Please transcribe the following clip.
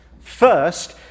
First